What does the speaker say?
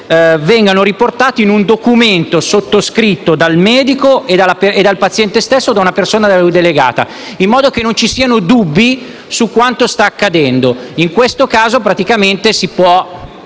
vengano riportate in un documento sottoscritto dal medico e dal paziente stesso o da una persona da lui delegata in modo che non ci siano dubbi su quanto sta accadendo. In questo caso praticamente si può